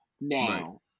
Now